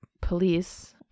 police